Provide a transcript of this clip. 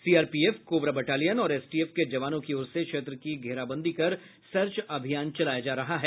CRPF cobra battalion और STF के जवानों की ओर से क्षेत्र की घेराबंदी कर सर्च अभियान चलाया जा रहा है